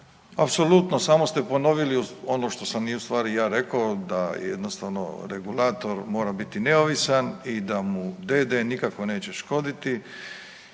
Apsolutno, samo ste ponovili ono što sam i u stvari ja rekao da jednostavno regulator mora biti neovisan i da mu d.d. nikako neće škoditi.